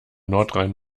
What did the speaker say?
nordrhein